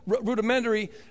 rudimentary